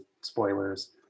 spoilers